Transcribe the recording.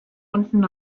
unten